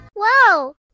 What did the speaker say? Whoa